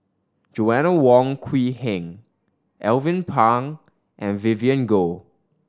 Joanna Wong Quee Heng Alvin Pang and Vivien Goh